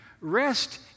Rest